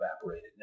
evaporated